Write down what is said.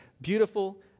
Beautiful